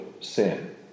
sin